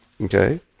Okay